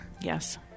Yes